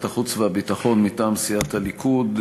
החוץ והביטחון: מטעם סיעת הליכוד,